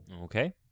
Okay